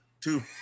Two